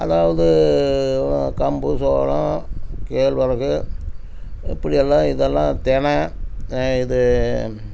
அதாவது கம்பு சோளம் கேழ்வரகு இப்படி எல்லாம் இதெல்லாம் தினை இது